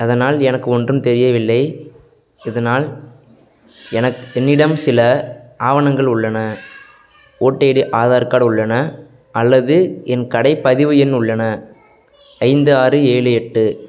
அதனால் எனக்கு ஒன்றும் தெரியவில்லை இதனால் எனக்கு என்னிடம் சில ஆவணங்கள் உள்ளன ஓட் ஐடி ஆதார் கார்டு உள்ளன அல்லது என் கடை பதிவு எண் உள்ளன ஐந்து ஆறு ஏழு எட்டு